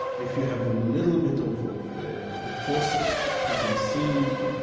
if you have a little bit of of foresight, if you can see